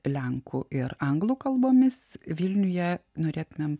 lenkų ir anglų kalbomis vilniuje norėtumėm